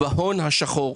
בהון השחור.